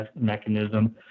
mechanism